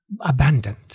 abandoned